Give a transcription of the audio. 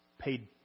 paid